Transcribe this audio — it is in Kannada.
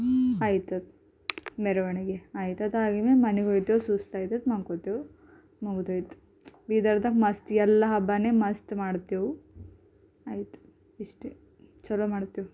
ಆಗ್ತದೆ ಮೆರವಣಿಗೆ ಆಗ್ತದೆ ಹಾಗೆ ಮನೆಗೆ ಹೋಗ್ತೇವೆ ಸುಸ್ತಾಗ್ತದೆ ಮಲ್ಕೋತೇವೆ ಮುಗಿದೊಯ್ತು ಬೀದರ್ದಾಗ ಮಸ್ತ ಎಲ್ಲ ಹಬ್ಬವೇ ಮಸ್ತ ಮಾಡ್ತೇವೆ ಆಯ್ತು ಇಷ್ಟೇ ಚಲೋ ಮಾಡ್ತೇವೆ